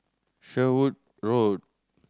Sherwood Road